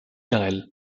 garrel